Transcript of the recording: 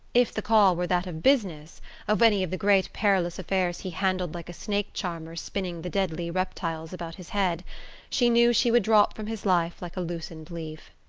if the call were that of business of any of the great perilous affairs he handled like a snake-charmer spinning the deadly reptiles about his head she knew she would drop from his life like a loosened leaf.